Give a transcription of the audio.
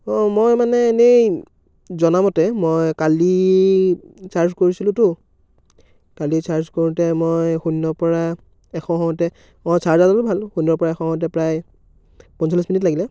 অ' মই মানে এনেই জনামতে মই কালি চাৰ্জ কৰিছিলোতো কালি চাৰ্জ কৰোঁতে মই শূন্য পৰা এশ হওঁতে অ' চাৰ্জাৰডালো ভাল শূন্যৰ পৰা এশ হওঁতে প্ৰায় পঞ্চল্লিছ মিনিট লাগিলে